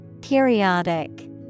Periodic